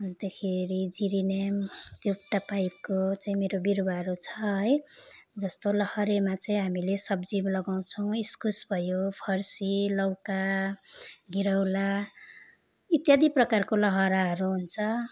अन्तखेरि जिरेनियम त्यो तपाईँको चाहिँ मेरो बिरुवाहरू छ है जस्तो लहरेमा चाहिँ हामीले सब्जीमा लगाउँछौँ इस्कुस भयो फर्सी लौका घिरौला इत्यादि प्रकारको लहराहरू हुन्छ